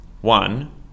One